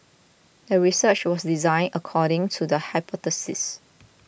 the research was designed according to the hypothesis